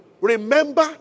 Remember